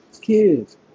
kids